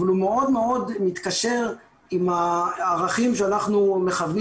אבל הוא מאוד מאוד מתקשר עם הערכים שאנחנו מכוונים